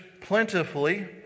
plentifully